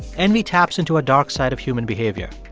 envy taps into a dark side of human behavior,